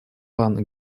пан